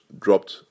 dropped